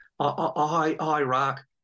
Iraq